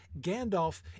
gandalf